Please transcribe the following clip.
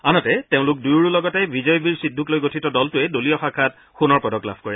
আনহাতে তেওঁলোক দুয়োৰো লগতে বিজয়বীৰ সিদ্ধুক লৈ গঠিত দলটোৱে দলীয় শাখাত সোণৰ পদক লাভ কৰে